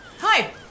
Hi